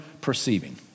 perceiving